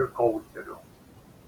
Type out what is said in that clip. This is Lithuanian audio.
ir koučerių